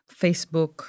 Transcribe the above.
Facebook